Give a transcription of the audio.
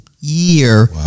year